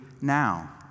now